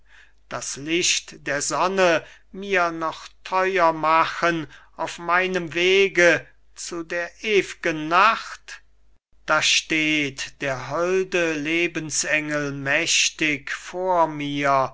das licht der sonne mir noch theurer machen auf meinem wege zu der ew'gen nacht da steht der holde lebensengel mächtig vor mir